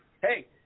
hey –